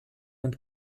und